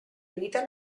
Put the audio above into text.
evita